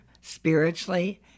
spiritually